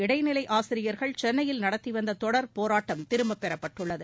இடைநிலை ஆசிரியர்கள் சென்னையில் நடத்தி வந்த தொடர் போராட்டம் திரும்பப் பெறப்பட்டுள்ளது